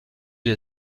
des